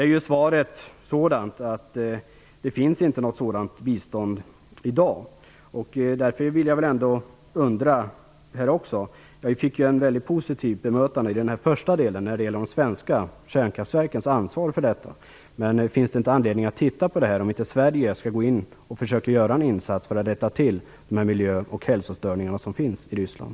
Svaret är sådant att det inte finns något bistånd i dag. Jag fick ett positivt bemötande i den första delen av frågan om de svenska kärnkraftverkens ansvar. Men finns det inte anledning att se över om Sverige skall göra en insats för att rätta till de miljö och hälsostörningar som finns i Ryssland?